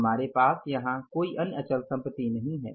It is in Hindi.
हमारे पास यहां कोई अन्य अचल संपत्ति नहीं है